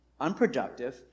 unproductive